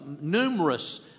numerous